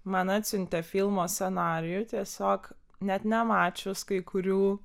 man atsiuntė filmo scenarijų tiesiog net nemačius kai kurių